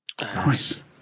Nice